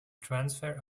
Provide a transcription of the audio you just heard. transfer